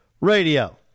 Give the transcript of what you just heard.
Radio